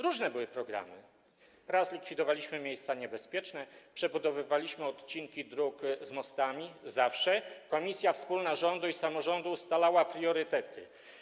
Różne były programy, raz likwidowaliśmy miejsca niebezpieczne, przebudowywaliśmy odcinki dróg z mostami, ale zawsze komisja wspólna rządu i samorządu ustalała priorytety.